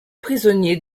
prisonnier